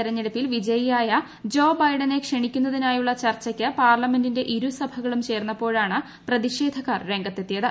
തെരഞ്ഞെടുപ്പിൽ പ്രാഥമിക വിജയിയായ ജോ ബൈഡനെ ക്ഷണിക്കുന്നതിനായുള്ള ചർച്ചയ്ക്ക് പാർലമെന്റിന്റെ ഇരുസഭകളും ചേർന്നപ്പോഴാണ് പ്രതിഷേധക്കാർ രംഗത്തെത്തിയത്